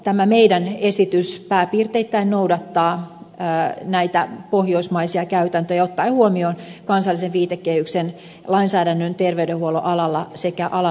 tämä meidän esitys pääpiirteittäin noudattaa näitä pohjoismaisia käytäntöjä ottaen huomioon kansallisen viitekehyksen lainsäädännön terveydenhuollon alalla sekä alan muun kehityksen